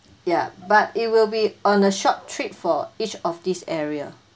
ya but it will be on a short trip for each of this area